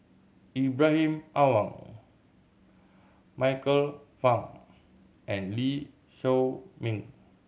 Ibrahim Awang Michael Fam and Lee Shao Meng